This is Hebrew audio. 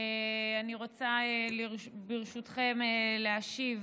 אני רוצה ברשותכם להשיב